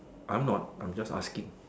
I'm not I'm just asking